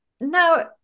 Now